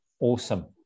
Awesome